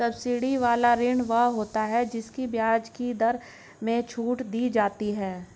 subsidy वाला ऋण वो होता है जिसकी ब्याज की दर में छूट दी जाती है